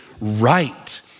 right